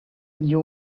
knew